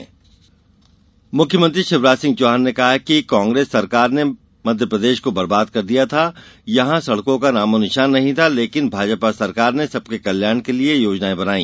CM दौरा मुख्यमंत्री शिवराज सिंह चौहान ने कहा है कि कांग्रेस सरकार ने मध्यप्रदेश को बरबाद कर दिया था यहां सडको का नामोनिशान नहीं था लेकिन भाजपा सरकार ने सबके कल्याण के लिए योजनाए बनाई